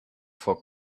for